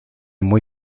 muy